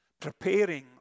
preparing